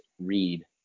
read